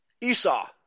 Esau